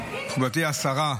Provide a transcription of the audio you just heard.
מכבודתי השרה,